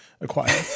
acquire